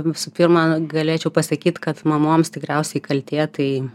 visų pirma galėčiau pasakyt kad mamoms tikriausiai kaltė tai